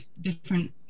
different